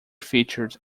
featured